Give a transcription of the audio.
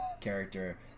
character